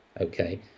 Okay